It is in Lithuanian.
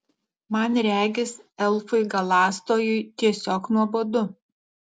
man regis elfui galąstojui tiesiog nuobodu